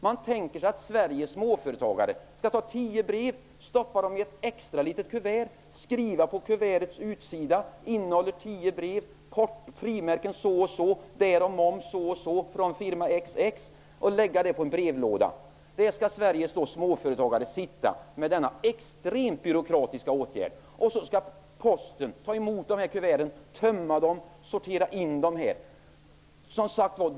Man tänker sig att Sveriges småföretagare skall stoppa tio brev i ett extra litet kuvert och skriva på dess utsida: Innehåller 10 brev, så och så mycket i frimärken och erlagd moms från firma NN. Sveriges småföretagare skall ägna tid åt en sådan extremt byråkratisk åtgärd! Posten skall ta emot dessa kuvert, tömma dem och sortera in dem.